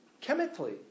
chemically